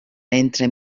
entre